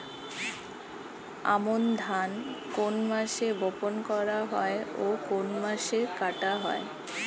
আমন ধান কোন মাসে বপন করা হয় ও কোন মাসে কাটা হয়?